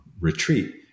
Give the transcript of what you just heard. retreat